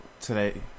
today